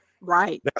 Right